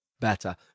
better